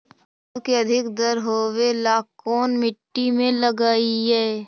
आलू के अधिक दर होवे ला कोन मट्टी में लगीईऐ?